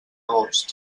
agost